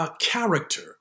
character